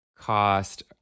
cost